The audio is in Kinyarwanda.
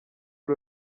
ari